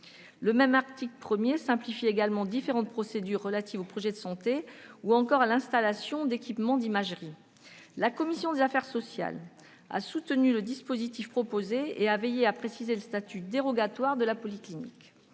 Le même article 1 simplifie également différentes procédures relatives au projet de santé, ou encore à l'installation d'équipements d'imagerie. La commission des affaires sociales a soutenu le dispositif proposé et a veillé à préciser le statut dérogatoire de la polyclinique.